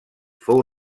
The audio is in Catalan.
fou